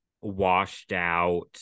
washed-out